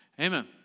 Amen